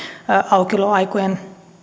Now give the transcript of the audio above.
aukioloaikojen